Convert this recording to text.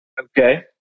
Okay